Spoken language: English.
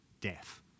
death